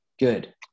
good